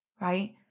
right